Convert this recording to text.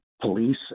police